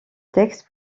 texte